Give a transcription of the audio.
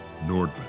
Nordman